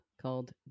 called